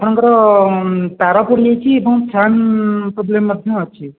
ଆପଣଙ୍କର ତା'ର ପୋଡ଼ି ଯାଇଛି ଏବଂ ଫ୍ୟାନ୍ ପ୍ରୋବ୍ଲେମ୍ ମଧ୍ୟ ଅଛି